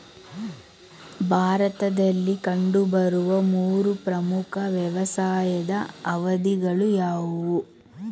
ಭಾರತದಲ್ಲಿ ಕಂಡುಬರುವ ಮೂರು ಪ್ರಮುಖ ವ್ಯವಸಾಯದ ಅವಧಿಗಳು ಯಾವುವು?